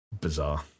Bizarre